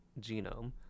genome